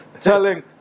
telling